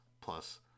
plus